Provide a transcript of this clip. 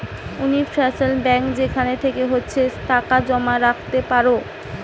universal bank যেখান থেকে ইচ্ছে টাকা জমা রাখতে পারো